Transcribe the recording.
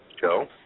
Joe